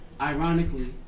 Ironically